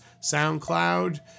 SoundCloud